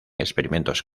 experimentos